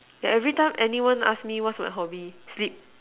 yeah every time anyone ask me what's my hobby sleep